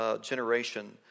generation